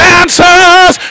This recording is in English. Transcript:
answers